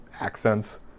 accents